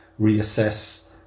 reassess